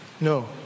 No